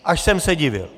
Až jsem se divil.